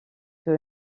que